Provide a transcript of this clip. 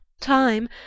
time